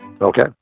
Okay